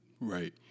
Right